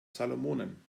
salomonen